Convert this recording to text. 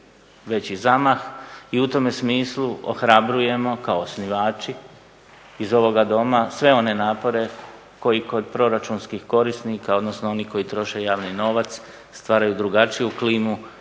veći zamah i u tome smislu ohrabrujemo kao osnivači iz ovoga Doma sve one napore koji kod proračunskih korisnika, odnosno onih koji troše javni novac stvaraju drugačiju klimu